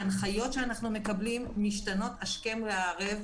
ההנחיות שאנחנו מקבלים משתנות השכם והערב.